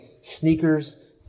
sneakers